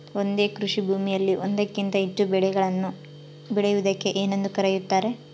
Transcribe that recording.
ಒಂದೇ ಕೃಷಿಭೂಮಿಯಲ್ಲಿ ಒಂದಕ್ಕಿಂತ ಹೆಚ್ಚು ಬೆಳೆಗಳನ್ನು ಬೆಳೆಯುವುದಕ್ಕೆ ಏನೆಂದು ಕರೆಯುತ್ತಾರೆ?